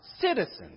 citizens